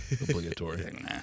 Obligatory